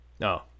No